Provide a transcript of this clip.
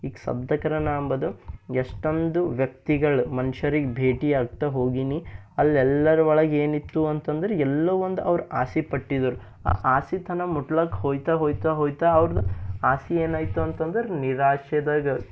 ಈಗ ಸದ್ಯಕಾರೆ ನಾನು ಅಂಬೋದು ಎಷ್ಟೊಂದು ವ್ಯಕ್ತಿಗಳು ಮನುಷ್ಯರಿಗೆ ಭೇಟಿ ಆಗ್ತಾ ಹೋಗಿನಿ ಅಲ್ಲಿ ಎಲ್ಲರ ಒಳಗೆ ಏನಿತ್ತು ಅಂತಂದರೆ ಎಲ್ಲೋ ಒಂದು ಅವ್ರು ಆಸೆಪಟ್ಟಿದರು ಆ ಆಸೆ ತನಕ ಮುಟ್ಲಕ್ಕ ಹೋಯ್ತ ಹೋಯ್ತ ಹೋಯ್ತ ಅವ್ರದು ಆಸೆ ಏನಾಯಿತು ಅಂತಂದರೆ ನಿರಾಶೆದಾಗ